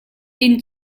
inn